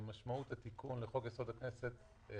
משמעות התיקון לחוק-יסוד: הכנסת היא